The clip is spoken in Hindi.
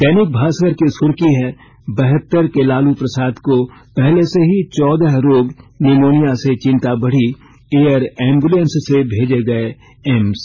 दैनिक भास्कर की सुर्खी है बहत्तर के लालू प्रसाद यादव को पहले से ही चौदह रोग निमोनिया से चिंता बढ़ी एयर एम्बुलेंस से भेजे गए एम्स